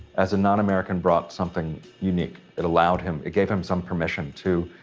as a non-american brought something unique. it allowed him it gave him some permission to,